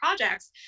projects